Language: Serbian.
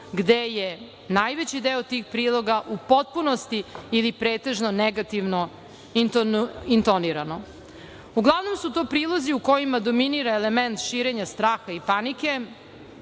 gde je najveći deo tih priloga u potpunosti ili pretežno negativno intonirano. Uglavnom su to prilozi u kojima dominira element širenja straha i panike,